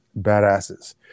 badasses